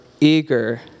eager